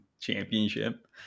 championship